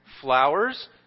flowers